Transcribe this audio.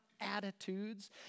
attitudes